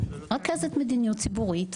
רכזת מדיניות ציבורית,